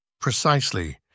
Precisely